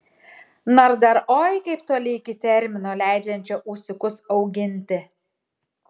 nors dar oi kaip toli iki termino leidžiančio ūsiukus auginti